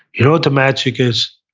you know what the magic is?